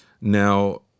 Now